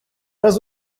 раз